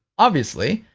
obviously.